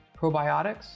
probiotics